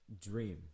dream